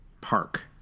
park